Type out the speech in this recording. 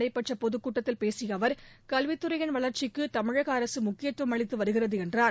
நடைபெற்றபொதுக்கூட்டத்தில் வேலாரில் பேசிய அவர் கல்வித்துறையின் வளர்ச்சிக்குதமிழகஅரசுமுக்கியத்துவம் அளித்துவருகிறதுஎன்றார்